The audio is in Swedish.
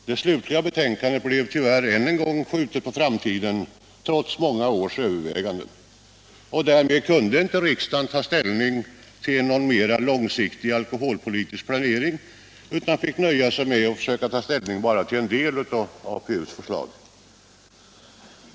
Det slutliga betänkandet blev tyvärr än en gång skjutet på framtiden — trots många års överväganden. Därmed kunde riksdagen inte ta ställning till någon mera långsiktig alkoholpolitisk planering, utan fick nöja sig med att försöka ta ställning bara till en del av APU:s förslag.